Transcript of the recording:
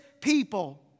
people